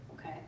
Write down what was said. okay